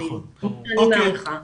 כך אני מעריכה.